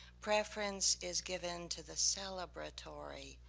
preference is given to the celebratory,